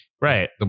right